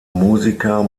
musiker